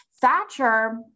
Thatcher